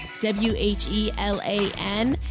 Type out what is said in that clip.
W-H-E-L-A-N